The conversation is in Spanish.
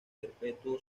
perpetuo